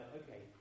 okay